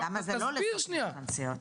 תסביר שניה'.